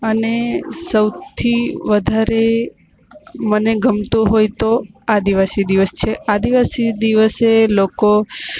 અને સૌથી વધારે મને ગમતું હોય તો આદિવાસી દિવસ છે આદિવાસી દિવસે લોકો